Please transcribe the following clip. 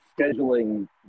scheduling